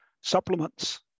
supplements